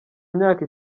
myaka